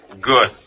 Good